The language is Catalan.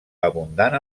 abundant